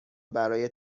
برای